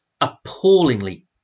appallingly